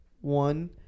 one